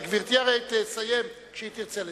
גברתי הרי תסיים כשהיא תרצה לסיים.